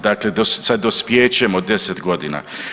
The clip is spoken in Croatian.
Dakle, sa dospijećem od 10 godina.